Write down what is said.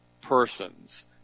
persons